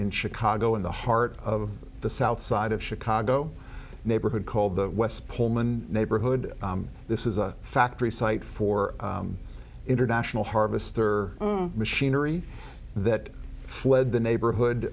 in chicago in the heart of the south side of chicago neighborhood called the west pullman neighborhood this is a factory site for international harvester machinery that fled the neighborhood